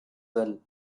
well